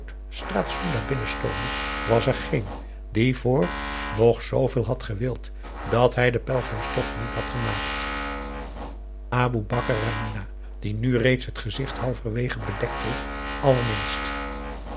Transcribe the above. straat soenda binnenstoomde was er geen die voor nog zooveel had gewild dat hij den pelgrimstocht niet had gemaakt aboe bakar en minah die nu reeds het gezicht halverwege bedekt droeg allerminst